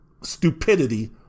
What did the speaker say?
stupidity